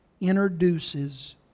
introduces